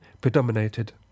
predominated